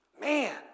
Man